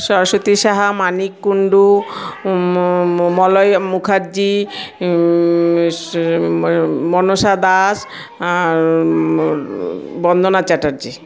Saraswati Saha Manik Kundu Malay Mukherjee Manasa Das Bandana Chatterjee